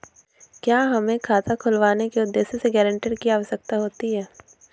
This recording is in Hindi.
क्या हमें खाता खुलवाने के उद्देश्य से गैरेंटर की आवश्यकता होती है?